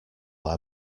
our